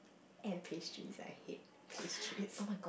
and pastries I hate pastries